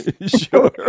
Sure